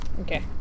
Okay